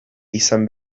izan